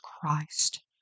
Christ